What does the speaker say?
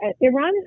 Iran